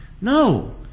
No